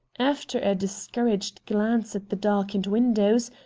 after a discouraged glance at the darkened windows,